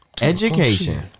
Education